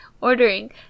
ordering